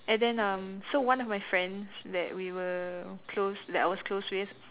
and then um so one of my friends that we were close that I was close with